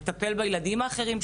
לטפל בילדים האחרים,